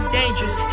dangerous